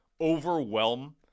overwhelm